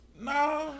Nah